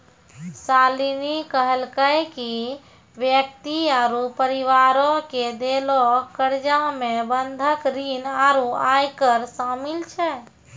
शालिनी कहलकै कि व्यक्ति आरु परिवारो के देलो कर्जा मे बंधक ऋण आरु आयकर शामिल छै